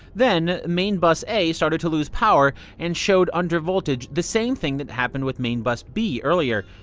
then main bus a started to lose power and showed under voltage the same thing that happened with main bus b earlier.